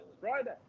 Friday